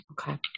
Okay